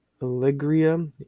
Allegria